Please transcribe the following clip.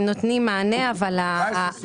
אני לא אמרתי 200,000 רישיונות.